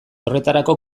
horretarako